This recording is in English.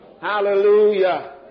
Hallelujah